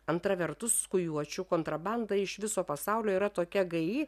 antra vertus skujuočių kontrabanda iš viso pasaulio yra tokia gaji